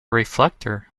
reflector